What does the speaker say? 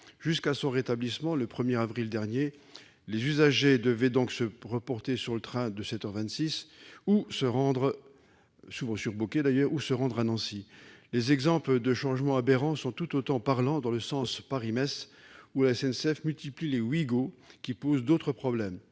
Jusqu'à son rétablissement, le 1 avril dernier, les usagers devaient donc se reporter sur le train de 7h26, souvent surbooké ou se rendre à Nancy. Les exemples de changements aberrants sont tout autant parlants dans le sens Paris-Metz, où la SNCF multiplie les Ouigo, qui posent d'autres problèmes.